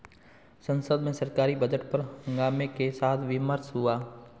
संसद में सरकारी बजट पर हंगामे के साथ विमर्श हुआ